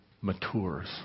matures